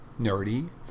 nerdy